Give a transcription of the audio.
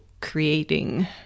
creating